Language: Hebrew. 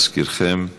להזכירכם,